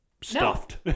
stuffed